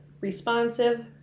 responsive